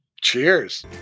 Cheers